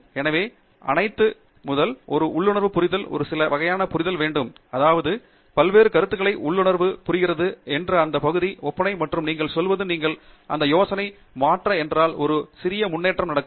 எனவே அனைத்து முதல் ஒரு உள்ளுணர்வு புரிதல் ஒரு சில வகையான புரிதல் வேண்டும் அதாவது பல்வேறு கருத்துக்களை உள்ளுணர்வு புரிகிறது என்று அந்த பகுதி ஒப்பனை மற்றும் நீங்கள் சொல்வது நீங்கள் இந்த யோசனை மாற்ற என்றால் ஒரு சிறிய முன்னேற்றம் நடக்கும்